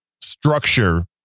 structure